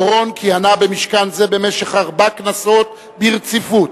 דורון כיהנה במשכן זה במשך ארבע כנסות ברציפות,